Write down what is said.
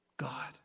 God